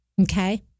okay